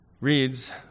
reads